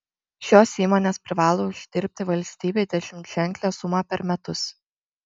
šios įmonės privalo uždirbti valstybei dešimtženklę sumą per metus